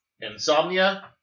insomnia